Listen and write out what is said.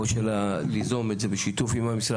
או ליזום את זה בשיתוף עם המשרד,